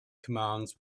commands